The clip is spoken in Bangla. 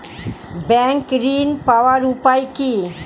ব্যাংক ঋণ পাওয়ার উপায় কি?